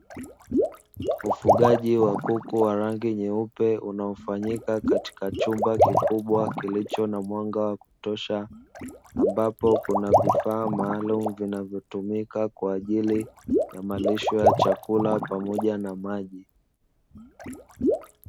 Ufugaji wa kuku wa rangi nyeupe unaofanyika katika chumba kikubwa kilicho na mwanga wa kutosha, ambapo kuna vifaa maalumu vinavyotumika kwa ajili ya malisho ya chakula pamoja na maji.